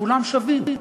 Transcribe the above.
שכולם שווים.